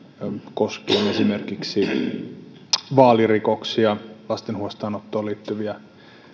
koskien esimerkiksi vaalirikoksia ja lasten huostaanottoon liittyviä